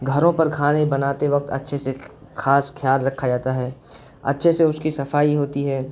گھروں پر کھانے بناتے وقت اچھے سے خاس خیال رکھا جاتا ہے اچھے سے اس کی صفائی ہوتی ہے